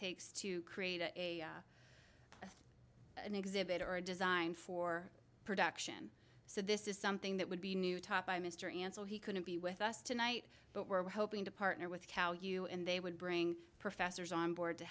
takes to create a an exhibit or a design for production so this is something that would be new top by mr and so he couldn't be with us tonight but we're hoping to partner with cow you and they would bring professors on board to